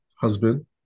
husband